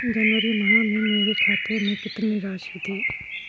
जनवरी माह में मेरे खाते में कितनी राशि थी?